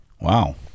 Wow